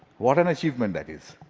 what an achievement that is.